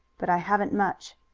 but i haven't much.